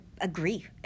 agree